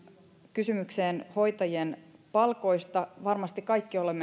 kysymykseen hoitajien palkoista varmasti me kaikki